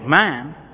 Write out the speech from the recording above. man